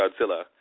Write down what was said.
Godzilla